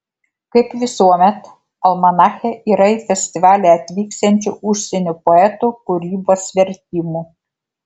kaip visuomet almanache yra į festivalį atvyksiančių užsienio poetų kūrybos vertimų